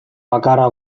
bakarra